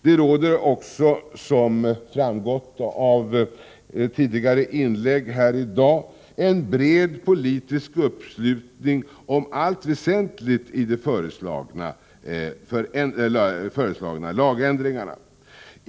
Det råder också, som framgått av tidigare inlägg, en bred politisk uppslutning om allt väsentligt i de föreslagna lagändringarna.